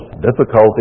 difficulties